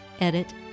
Edit